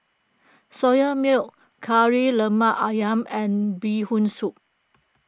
Soya Milk Kari Lemak Ayam and Bee Hoon Soup